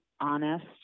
honest